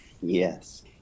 yes